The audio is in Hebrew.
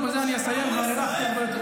אתה רוצה את רשימת הרבנים שקראו לסרב?